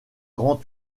grand